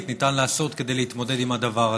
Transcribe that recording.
ניתן לעשות כדי להתמודד עם הדבר הזה.